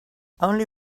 only